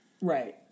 Right